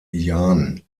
jahn